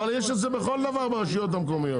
אבל יש את זה בכל דבר ברשויות המקומיות.